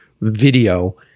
video